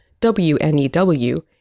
WNEW